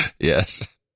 Yes